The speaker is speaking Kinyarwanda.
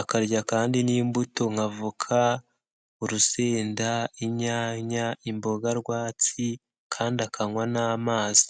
akarya kandi n'imbuto nka avoka, urusenda, inyanya, imboga rwatsi kandi akanywa n'amazi.